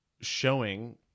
showing